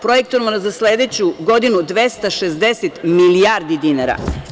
Projektovano za sledeću godinu, 260 milijardi dinara.